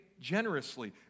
generously